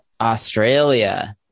Australia